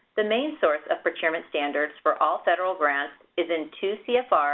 the main source of procurement standards for all federal grants is in two cfr,